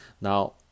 Now